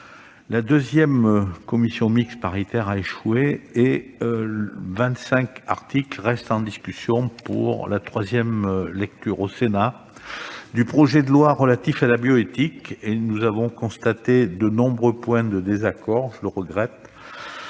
la commission mixte paritaire a échoué et vingt-cinq articles restent en discussion pour la troisième lecture au Sénat du projet de loi relatif à la bioéthique. Nous avons constaté de nombreux points de désaccord ; je le regrette.